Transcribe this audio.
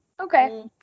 Okay